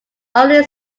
only